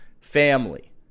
family